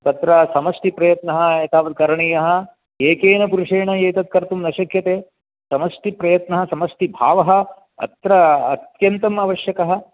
तत्र समष्टिप्रयत्नः एतावान् करणीयः एकेन पुरुषेण एतत् कर्तुं न शक्यते समष्टिप्रयत्नः समष्टिभावः अत्र अत्यन्तम् आवश्यकः